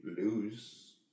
lose